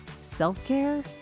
self-care